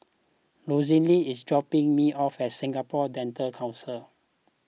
Rosalind is dropping me off at Singapore Dental Council